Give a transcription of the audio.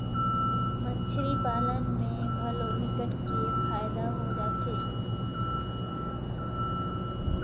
मछरी पालन में घलो विकट के फायदा हो जाथे